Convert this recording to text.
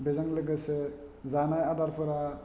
बेजों लोगोसे जानाय आदारफोरा